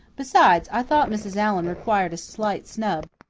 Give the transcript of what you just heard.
besides, i thought mrs. allan required a slight snub.